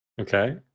Okay